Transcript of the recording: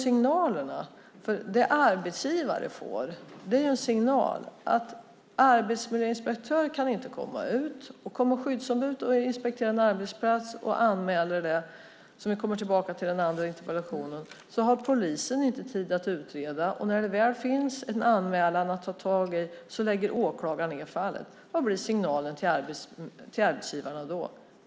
Vad arbetsgivare får är en signal om att arbetsmiljöinspektören inte kan komma ut. Kommer skyddsombudet ut och inspekterar en arbetsplats och gör en anmälan - vi återkommer till detta i nästa interpellationsdebatt - har polisen inte tid att utreda. När det väl finns en anmälan att ta tag i lägger åklagaren ned fallet. Vad blir då signalen till arbetsgivarna?